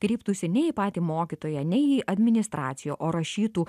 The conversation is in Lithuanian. kreiptųsi ne į patį mokytoją nei į administraciją o rašytų